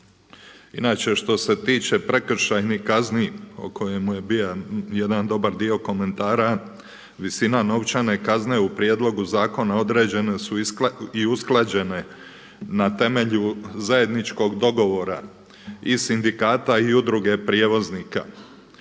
Inače što se tiče prekršajnih kaznih o kojima je bio jedan dobar dio komentara, visina novčane kazne u prijedlogu zakona određene su i usklađene na temelju zajedničkog dogovora i sindikata i Udruge prijevoznika